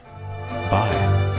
Bye